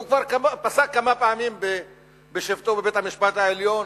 והוא פסק כבר כמה פעמים בשבתו בבית-המשפט העליון